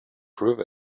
prove